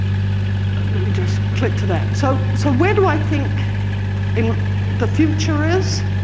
let me just click to that. so, so where do i think um the future is?